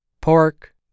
pork